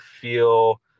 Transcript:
feel